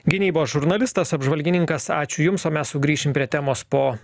gynybos žurnalistas apžvalgininkas ačiū jums o mes sugrįšim prie temos po